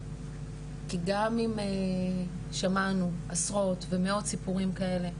כי גם אם שמענו עשרות ומאות סיפורים כאלה,